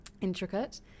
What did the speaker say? intricate